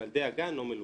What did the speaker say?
שילדי הגן לא מלווים.